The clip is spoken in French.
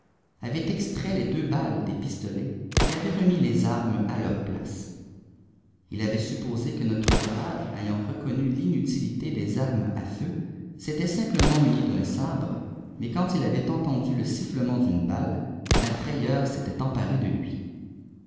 avait extrait les deux baues des pistolets et avait remis les armes à leur placcii avait supposé que notre brave ayant reconnu tinutluté d armes à feu s'était simplement muni d'un sabre mais quand il avait entendu le sifflement d une balle la frayeur s'était emparée de lui